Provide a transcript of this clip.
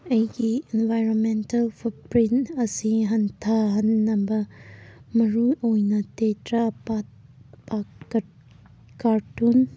ꯑꯩꯒꯤ environmental footprint ꯑꯁꯤ ꯍꯟꯊꯍꯟꯅꯕ ꯃꯔꯨ ꯑꯣꯏꯅ ꯇꯦꯇ꯭ꯔꯥ ꯄꯥꯠ ꯀꯥꯔꯇꯨꯟ